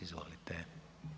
Izvolite.